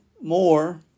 more